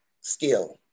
skill